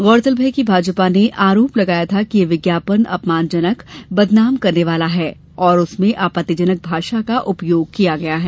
गौरतलब है कि भाजपा ने आरोप लगाया था कि यह विज्ञापन अपमानजनक बदनाम करने वाला है और उसमें आपत्तिजनक भाषा का उपयोग किया गया है